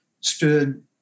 stood